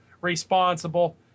responsible